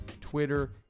Twitter